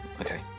Okay